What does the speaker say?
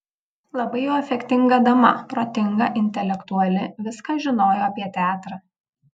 labai jau efektinga dama protinga intelektuali viską žinojo apie teatrą